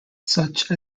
such